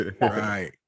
Right